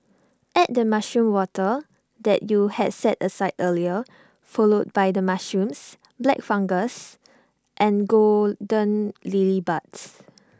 add the mushroom water that you had set aside earlier followed by the mushrooms black fungus and golden lily buds